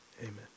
amen